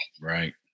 right